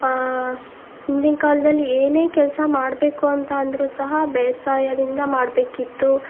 ಹಿಂದಿನ ಕಾಲದಲ್ಲಿ ಏನೇ ಕೆಲಸ ಮಾಡಬೇಕು ಅಂತ ಅಂದರೂ ಸಹ ಬೇಸಾಯದಿಂದ ಮಾಡಬೇಕಿತ್ತು